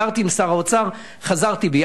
דיברתי עם שר האוצר, חזרתי בי.